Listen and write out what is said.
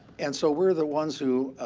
and so we're the ones who